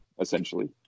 Essentially